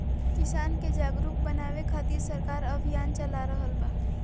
किसान के जागरुक बानवे खातिर सरकार अभियान चला रहल बा